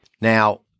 Now